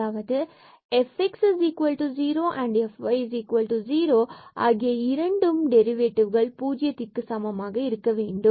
அதாவது fx0 and fy0 ஆகிய இரண்டும் டெரிவேட்டிவ் 0க்கு சமமாக இருக்க வேண்டும்